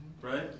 right